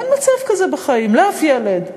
אין מצב כזה בחיים, לאף ילד.